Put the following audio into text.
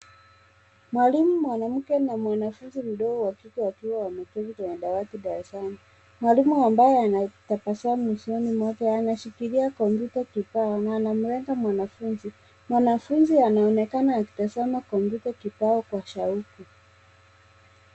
Mwalimu mwanamuke na mwanafunzi mdogo wakike wakiwa wameketi kwenye dawati darasani. Mwalimu ambaye anatabasamu usoni mwake anashikilia kompyuta kibao na anamulenga mwanafunzi. Mwanafunzi anaonekana akitazama kompyuta kibao kwa shauku.